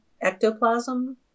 ectoplasm